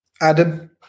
Adam